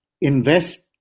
invest